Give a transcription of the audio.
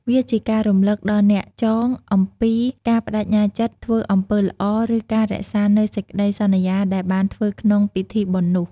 វាជាការរំឭកដល់អ្នកចងអំពីការប្ដេជ្ញាចិត្តធ្វើអំពើល្អ ឬការរក្សានូវសេចក្ដីសន្យាដែលបានធ្វើក្នុងពិធីបុណ្យនោះ។